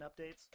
updates